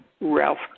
Ralph